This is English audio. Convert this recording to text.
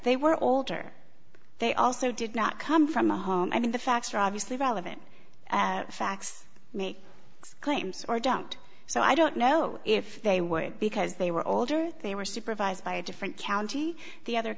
they were older they also did not come from a home i mean the facts are obviously relevant facts make claims or don't so i don't know if they would because they were older they were supervised by a different county the other